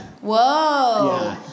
whoa